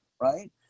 right